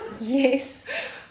Yes